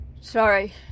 Sorry